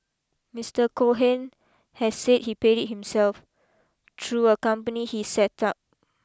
Mister Cohen has said he paid it himself through a company he set up